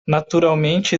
naturalmente